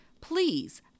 please